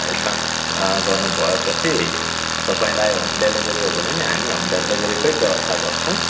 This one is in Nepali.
एड्भान्स गर्नु भयोपछि तपाईँलाई होम डेलिभेरी हो भने नि हामी होम डेलिभेरीकै व्यवस्था गर्छौँ